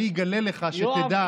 שתדע,